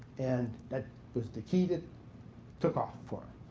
and that was the key that took off for him.